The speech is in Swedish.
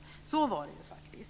Så var det ju faktiskt.